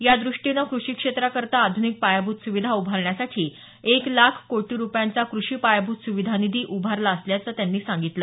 याद्रष्टीनं कृषी क्षेत्राकरता आध्निक पायाभूत सुविधा उभारण्यासाठी एक लाख कोटी रुपयांचा क्रषी पायाभूत सुविधा निधी उभारला असल्याचं त्यांनी सांगितलं